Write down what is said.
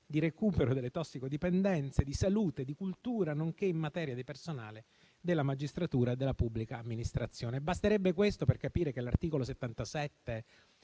di recupero delle tossicodipendenze, di salute, di cultura nonché in materia di personale della magistratura e della pubblica amministrazione. Basterebbe questo per capire che dell'articolo 77